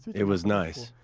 it was nice,